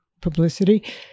publicity